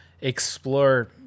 explore